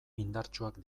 indartsuak